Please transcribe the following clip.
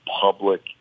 public